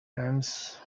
times